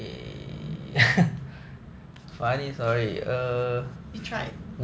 you tried